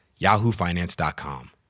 yahoofinance.com